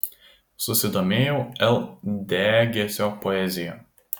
susidomėjau l degėsio poezija